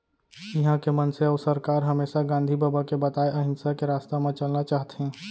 इहॉं के मनसे अउ सरकार हमेसा गांधी बबा के बताए अहिंसा के रस्ता म चलना चाहथें